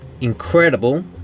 incredible